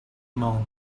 mountain